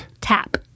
Tap